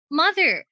mother